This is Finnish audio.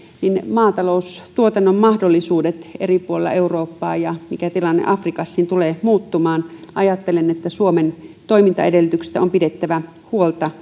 maataloustuotannon mahdollisuudet eri puolilla eurooppaa ja afrikassa tulevat muuttumaan ajattelen että suomen toimintaedellytyksistä on pidettävä huolta